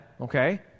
okay